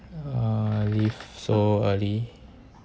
uh leave so early